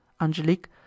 Angelique